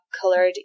colored